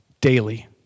Daily